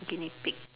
guinea pig